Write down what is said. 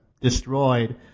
destroyed